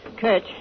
Kurt